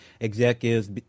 executives